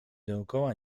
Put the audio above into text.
dookoła